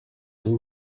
too